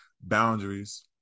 boundaries